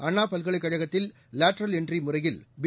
அண்ணா பல்கலைக் கழகத்தில் lateral entry முறையில் பி